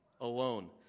alone